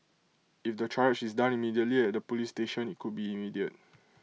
if the triage is done immediately at the Police station IT could be immediate